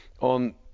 on